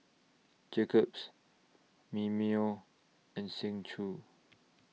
Jacob's Mimeo and Seng Choon